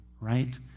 right